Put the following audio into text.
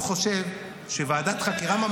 אתם רוצים ועדת חקירה משל